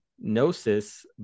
Gnosis